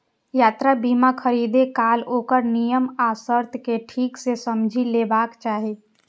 यात्रा बीमा खरीदै काल ओकर नियम आ शर्त कें ठीक सं समझि लेबाक चाही